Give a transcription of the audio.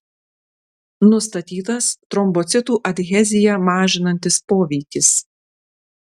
nustatytas trombocitų adheziją mažinantis poveikis